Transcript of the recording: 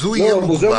אז הוא יהיה מוגבל.